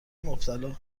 مبتلا